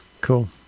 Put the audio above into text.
Cool